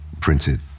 printed